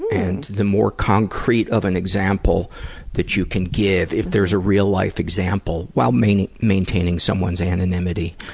and the more concrete of an example that you can give, if there's a real-life example, while maintaining maintaining someone's anonymity.